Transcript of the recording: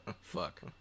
Fuck